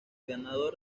ganador